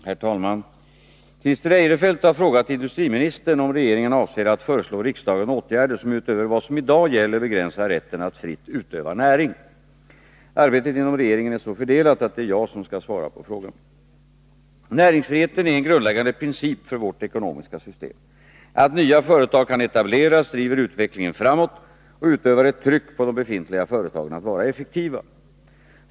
Herr talman! Christer Eirefelt har frågat industriministern om regeringen avser att föreslå riksdagen åtgärder som utöver vad som i dag gäller begränsar rätten att fritt utöva näring. Arbetet inom regeringen är så fördelat att det är jag som skall svara på frågan. Näringsfriheten är en grundläggande princip för vårt ekonomiska system. Att nya företag kan etableras driver utvecklingen framåt och utövar ett tryck på de befintliga företagen att vara effektiva.